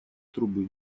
трубы